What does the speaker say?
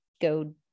go